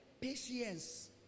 patience